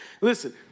Listen